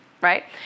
right